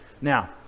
Now